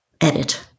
edit